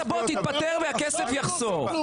אמרת תתפטר והכסף יחזור.